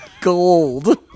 gold